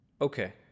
okay